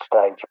stage